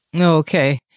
Okay